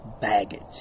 Baggage